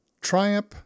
Triumph